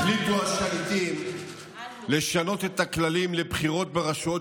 החליטו השליטים לשנות את הכללים לבחירות ברשויות